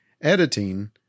editing